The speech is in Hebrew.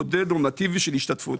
מודל נורמטיבי של השתתפות.